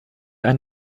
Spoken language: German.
ein